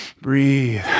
Breathe